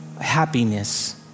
happiness